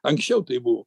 anksčiau taip buvo